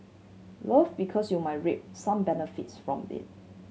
love because you might reap some benefits from it